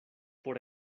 por